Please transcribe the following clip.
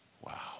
Wow